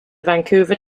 vancouver